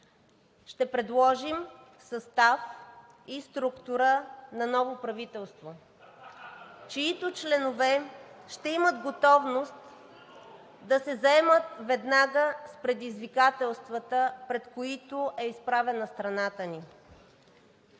Ще предложим състав и структура на ново правителство (смях от ИСМВ), чиито членове ще имат готовност да се заемат веднага с предизвикателствата, пред които е изправена страната ни.